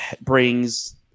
brings